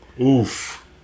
Oof